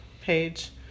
page